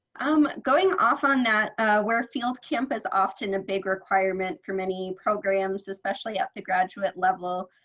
i'm going off on that where field camp is often a big requirement for many programs, especially at the graduate level.